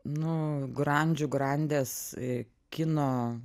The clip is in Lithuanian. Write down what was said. nu grandžių grandės kino